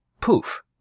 poof